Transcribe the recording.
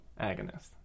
agonist